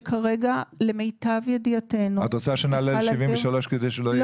כשכרגע למיטב ידיעתנו --- את רוצה שנעלה ל-73 כדי שזה לא יהיה סלמי?